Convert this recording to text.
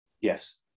yes